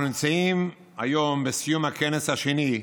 אנחנו נמצאים היום בסיום הכנס השני,